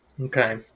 Okay